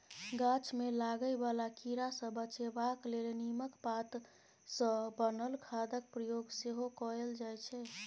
गाछ मे लागय बला कीड़ा सँ बचेबाक लेल नीमक पात सँ बनल खादक प्रयोग सेहो कएल जाइ छै